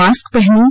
mask पहनें